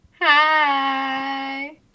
hi